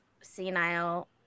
senile